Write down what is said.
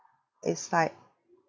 it's like